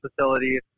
facility